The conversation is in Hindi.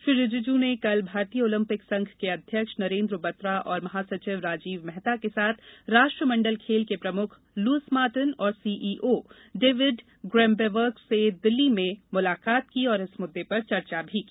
श्री रिजीजू ने कल भारतीय ओलपिंक संघ के अध्यक्ष नरेन्द्र बत्रा और महासचिव राजीव मेहता के साथ राष्ट्रमंडल खेल के प्रमुख लुईस मार्टिन और सीईओ डेविड ग्रेम्वेबर्ग से दिल्ली में मुलाकात की और इस मुद्दे पर चर्चा की